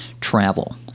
travel